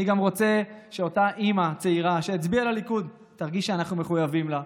אני גם רוצה שאותה אימא צעירה שהצביעה לליכוד תרגיש שאנחנו מחויבים לה,